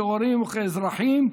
כהורים וכאזרחים.